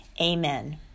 Amen